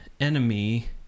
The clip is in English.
enemy